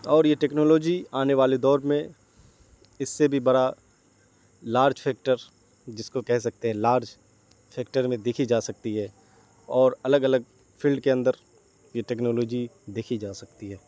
اور یہ ٹیکنالوجی آنے والے دور میں اس سے بھی بڑا لارج فیکٹر جس کو کہہ سکتے ہیں لارج فیکٹر میں دیکھی جا سکتی ہے اور الگ الگ فیلڈ کے اندر یہ ٹیکنالوجی دیکھی جا سکتی ہے